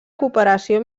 cooperació